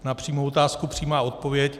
Na přímou otázku přímá odpověď.